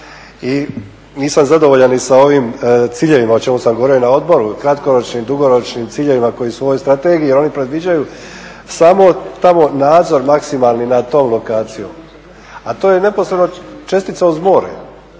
Nisam zadovoljan sa ovim ciljevima o čemu sam govorio i na odboru o kratkoročnim i dugoročnim ciljevima koji su u ovoj strategiji jer oni predviđaju samo tamo nadzor maksimalni nad tom lokacijom, a to je neposredno čestica uz more,